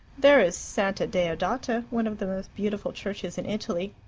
there is santa deodata, one of the most beautiful churches in italy.